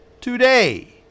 today